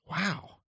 Wow